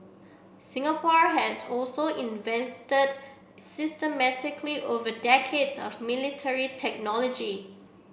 Singapore has also invested systematically over decades of military technology